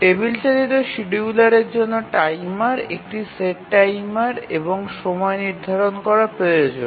table চালিত শিডিয়ুলারের জন্য টাইমার একটি সেট টাইমার এবং সময় নির্ধারণ করা প্রয়োজন